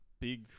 big